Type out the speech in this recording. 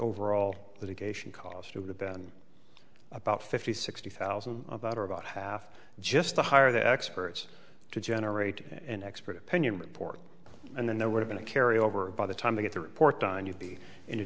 overall litigation cost of the been about fifty sixty thousand about or about half just the higher the experts to generate an expert opinion report and then there would have been a carry over by the time to get the report on you'd be in